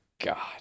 God